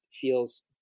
feels